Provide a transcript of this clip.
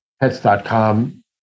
Pets.com